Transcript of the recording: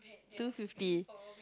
two fifty